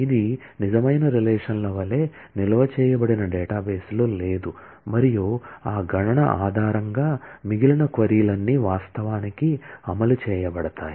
ఇది నిజమైన రిలేషన్ ల వలె నిల్వ చేయబడిన డేటాబేస్లో లేదు మరియు ఆ గణన ఆధారంగా మిగిలిన క్వరీ లన్నీ వాస్తవానికి అమలు చేయబడతాయి